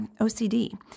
OCD